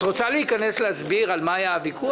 את רוצה להסביר על מה היה הוויכוח?